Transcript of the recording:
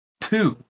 two